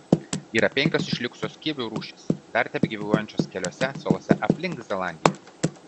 yra penkios išlikusios kivių rūšys dar tebegyvuojančios keliose salose aplink zelandiją